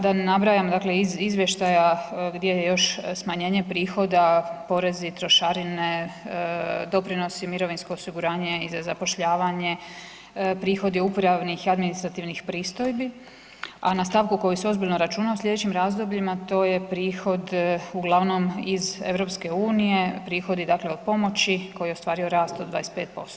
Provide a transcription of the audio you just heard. Da ne nabrajam, dakle iz izvještaja gdje je još smanjenje prohoda, porezi, trošarine, doprinosi, mirovinsko, osiguranje i za zapošljavanje, prihodi upravnih i administrativnih pristojbi a na stavku koji se ozbiljno računa u slijedećim razdobljima, to je prihod uglavnom iz EU-a, prihodi dakle od pomoći koji ostvaruju rast od 25%